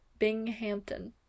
Binghampton